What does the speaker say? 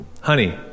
honey